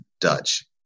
Dutch